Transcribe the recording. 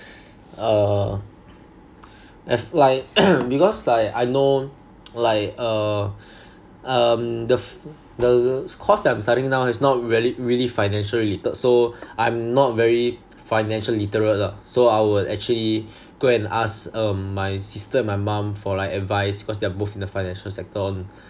uh because like I know like uh um the~ the course that I'm studying now is not really really financial related so I'm not very financially literate lah so I would actually go and ask um my sister and my mum for like advice because they're both in the financial sector